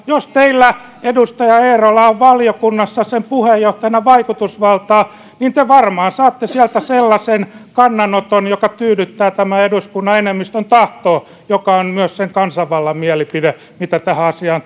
jos teillä edustaja eerola on hallintovaliokunnassa sen puheenjohtajana vaikutusvaltaa te varmaan saatte sieltä sellaisen kannanoton joka tyydyttää tämän eduskunnan enemmistön tahtoa joka on myös kansanvallan mielipide mitä tähän asiaan